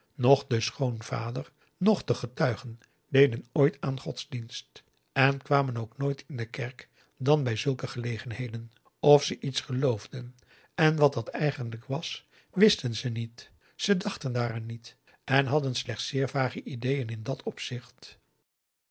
noch de schoonvader noch de getuigen deden ooit aan godsdienst en kwamen ook nooit in de kerk dan bij zulke gelegenheden of ze iets geloofden en wat dat eigenlijk was wisten ze niet ze dachten daaraan niet en hadden slechts zeer vage ideeën in dat opzicht